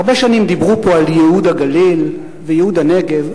הרבה שנים דיברו פה על ייהוד הגליל וייהוד הנגב,